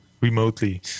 remotely